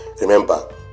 Remember